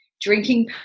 drinking